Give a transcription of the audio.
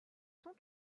sont